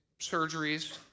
surgeries